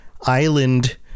island